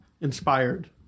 Inspired